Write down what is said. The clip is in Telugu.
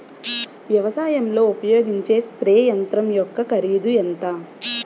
వ్యవసాయం లో ఉపయోగించే స్ప్రే యంత్రం యెక్క కరిదు ఎంత?